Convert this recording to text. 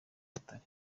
butare